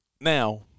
Now